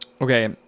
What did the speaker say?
Okay